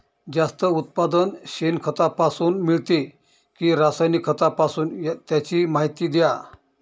जास्त उत्पादन शेणखतापासून मिळते कि रासायनिक खतापासून? त्याची माहिती द्या